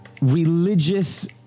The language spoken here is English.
religious